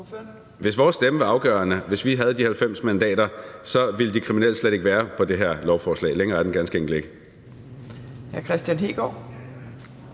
Hvis vores stemme var afgørende, hvis vi havde de 90 mandater, så ville de kriminelle slet ikke være på det her lovforslag. Længere er den ganske enkelt ikke.